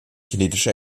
kinetische